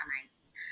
nights